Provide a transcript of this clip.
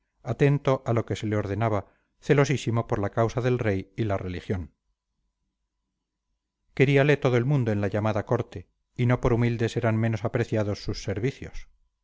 atento a lo que se le ordenaba celosísimo por la causa del rey y la religión queríale todo el mundo en la llamada corte y no por humildes eran menos apreciados sus servicios